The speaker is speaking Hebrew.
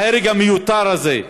ההרג המיותר הזה.